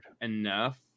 enough